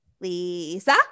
Lisa